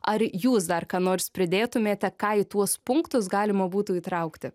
ar jūs dar ką nors pridėtumėte ką į tuos punktus galima būtų įtraukti